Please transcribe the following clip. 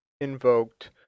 invoked